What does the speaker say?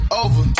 over